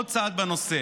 עוד צעד בנושא,